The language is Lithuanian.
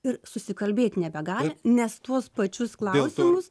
ir susikalbėt nebegali nes tuos pačius klausimus